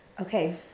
Okay